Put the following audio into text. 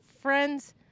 friends